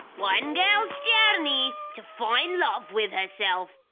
one girl's journey to find love with herself.